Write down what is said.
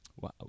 Wow